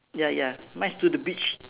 ya ya mine's to the beach